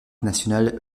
national